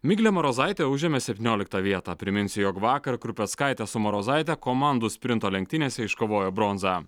miglė marozaitė užėmė septynioliktą vietą priminsiu jog vakar krupeckaitė su marozaite komandų sprinto lenktynėse iškovojo bronzą